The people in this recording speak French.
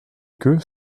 eux